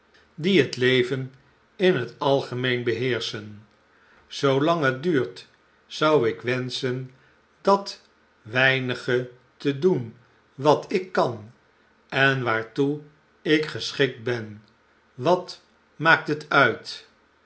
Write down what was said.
die het leven in het algemeen beheerschen zoolang het duurt zou ik wenschen dat weinige te doen wat ik kan en waartoeikgeschikt ben wat maakt het uit